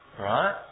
Right